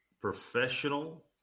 professional